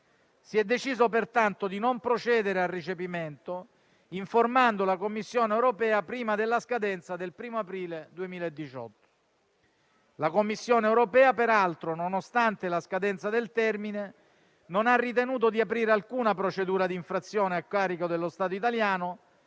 Si è deciso pertanto di non procedere al recepimento, informando la Commissione europea prima della scadenza del 1° aprile 2018. La Commissione europea peraltro, nonostante la scadenza del termine, non ha ritenuto di aprire alcuna procedura di infrazione a carico dello Stato italiano